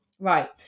Right